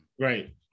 Right